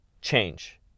change